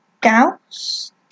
Gauss